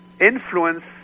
influence